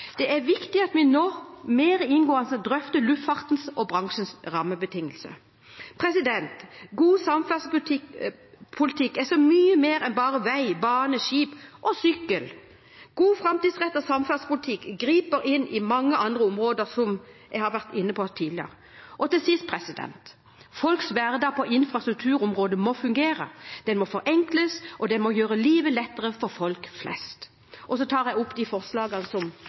Det er viktig at vi nå mer inngående drøfter luftfartens og bransjens rammebetingelser. God samferdselspolitikk er så mye mer enn bare vei, bane, skip og sykkel. God, framtidsrettet samferdselspolitikk griper inn i mange andre områder – som jeg har vært inne på tidligere. Til sist: Folks hverdag på infrastrukturområdet må fungere, den må forenkles, og den må gjøre livet lettere for folk flest. Det blir replikkordskifte. I juni 2013 ble dagens transportplan vedtatt. De største kritikerne den gang var Fremskrittspartiet, som